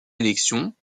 élections